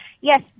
yes